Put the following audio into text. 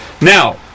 Now